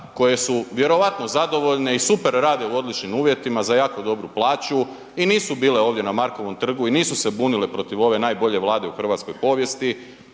koje su vjerojatno zadovoljne i super rade u odličnim uvjetima za jako dobru plaću i nisu bile ovdje na Markovom trgu i nisu se bunile protiv ove najbolje Vlade u hrvatskoj povijesti.